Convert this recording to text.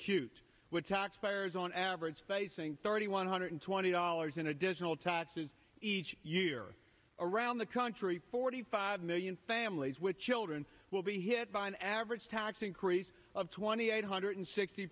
which taxpayers on average facing thirty one hundred twenty dollars in additional taxes each year around the country forty five million families with children will be hit by an average tax increase of twenty eight hundred sixty